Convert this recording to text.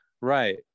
Right